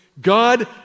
God